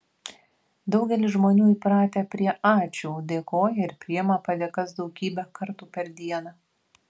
daugelis žmonių įpratę prie ačiū dėkoja ir priima padėkas daugybę kartų per dieną